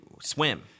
swim